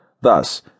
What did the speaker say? Thus